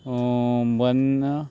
वन्ना